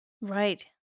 Right